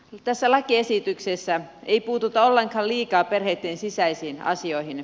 tässä lakiesityksessä ei puututa ollenkaan liikaa perheitten sisäisiin asioihin